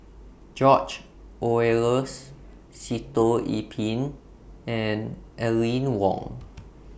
George Oehlers Sitoh Yih Pin and Aline Wong